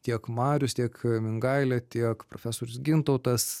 tiek marius tiek mingailė tiek profesorius gintautas